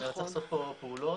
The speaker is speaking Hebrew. צריך לעשות פה פעולות